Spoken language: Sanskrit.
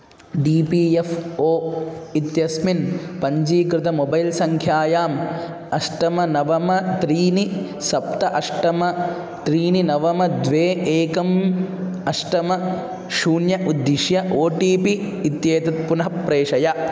डी पी एफ़् ओ इत्यस्मिन् पञ्चीकृतमोबैल्सङ्ख्यायाम् अष्टमं नवमं त्रीणि सप्त अष्टमं त्रीणि नवमं द्वे एकम् अष्टमं शून्यं उद्दिश्य ओ टि पि इत्येतत् पुनः प्रेषय